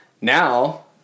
Now